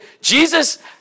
Jesus